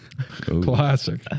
Classic